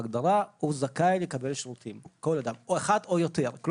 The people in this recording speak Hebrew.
ההגדרה אחת או יותר זכאי לקבל שירותים,